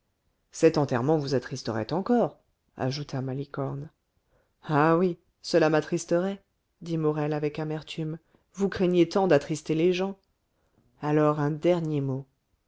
cet enterrement vous attristerait encore ajouta malicorne ah oui cela m'attristerait dit morel avec amertume vous craignez tant d'attrister les gens alors un dernier mot